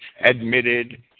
admitted